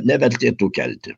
nevertėtų kelti